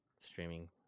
streaming